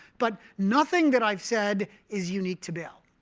but nothing that i've said is unique to bail.